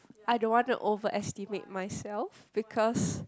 I don't want to overestimate myself